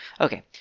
Okay